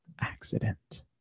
accident